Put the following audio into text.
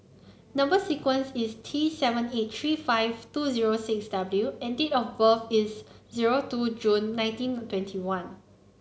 number sequence is T seven eight three five two zero six W and date of birth is zero two June nineteen twenty one